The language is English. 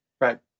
Right